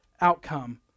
outcome